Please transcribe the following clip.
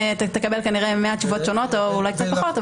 תקבל כנראה 100 תשובות שונות או אולי קצת פחות.